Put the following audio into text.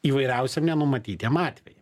įvairiausiem nenumatytiem atvejam